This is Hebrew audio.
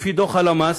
לפי דוח הלמ"ס,